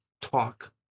talk